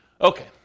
Okay